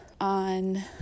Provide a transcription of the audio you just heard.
on